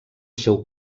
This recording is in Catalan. seu